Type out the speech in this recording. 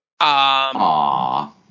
Aww